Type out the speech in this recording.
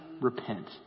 repent